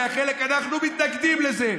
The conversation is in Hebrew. שאנחנו מתנגדים לזה.